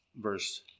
verse